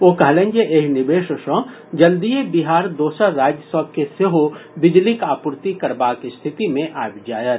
ओ कहलनि जे एहि निवेश सॅ जल्दीए बिहार दोसर राज्य सभ के सेहो बिजलीक आपूर्ति करबाक स्थिति मे आबि जायत